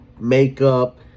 makeup